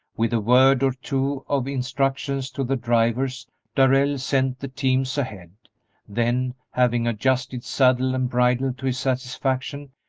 with a word or two of instructions to the drivers darrell sent the teams ahead then, having adjusted saddle and bridle to his satisfaction,